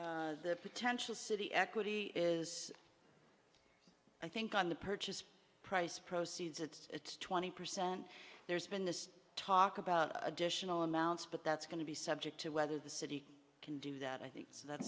the potential city equity is i think on the purchase price proceeds it's twenty percent there's been this talk about additional amounts but that's going to be subject to whether the city can do that i think